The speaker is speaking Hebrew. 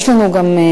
יש לנו פגישה,